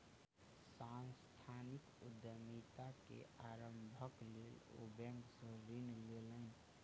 सांस्थानिक उद्यमिता के आरम्भक लेल ओ बैंक सॅ ऋण लेलैन